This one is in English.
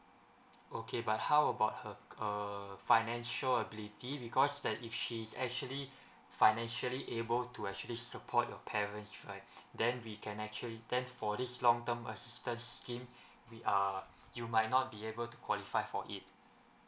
okay but how about her err financial ability because that if she's actually financially able to actually support your parents right then we can actually then for this long term assistance scheme we err you might not be able to qualify for it